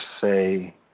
say